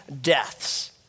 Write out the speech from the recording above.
deaths